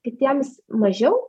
kitiems mažiau